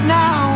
now